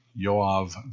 Yoav